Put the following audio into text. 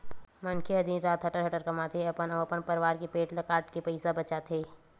मनखे ह दिन रात हटर हटर कमाथे, अपन अउ अपन परवार के पेट ल काटके पइसा बचाथे